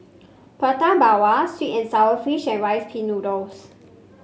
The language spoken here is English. Prata Bawang Sweet and sour fish and Rice Pin Noodles